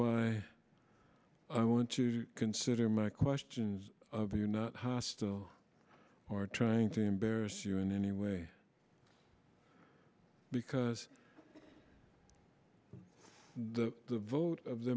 why i want you to consider my questions of you not hostile or trying to embarrass you in any way because the vote of the